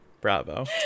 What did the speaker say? Bravo